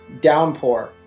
downpour